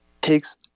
takes